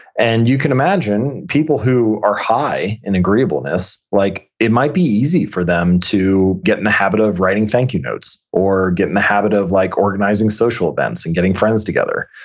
and you can imagine, people who are high in agreeableness, like it might be easy for them to get in the habit of writing thank you notes or get in the habit of like organizing social events and getting friends together.